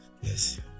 Yes